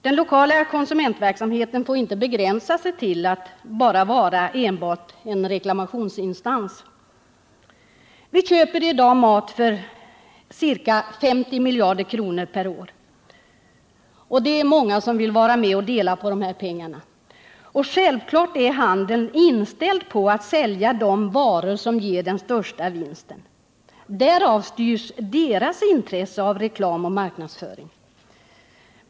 Den lokala konsumentpolitiska verksamheten får inte begränsas till att vara enbart en reklamationsinstans. Vi köper mat för ca 50 miljarder kronor per år, och det är många som vill vara med och dela på de pengarna. Självklart är handeln inställd på att sälja de varor som ger den största vinsten. Därför styrs deras intressen av reklam och marknadsföring.